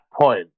point